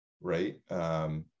right